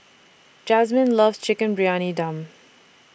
Jazmyn loves Chicken Briyani Dum